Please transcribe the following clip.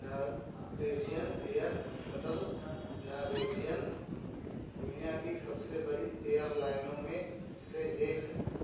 Norwegian Air shuttle Norwegian दुनिया की सबसे बड़ी एयरलाइनों में से एक है